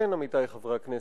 כן, עמיתי חברי הכנסת,